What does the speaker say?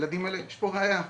ויש פה ראייה,